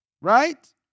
right